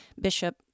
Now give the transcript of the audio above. Bishop